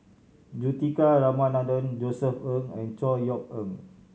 Juthika Ramanathan Josef Ng and Chor Yeok Eng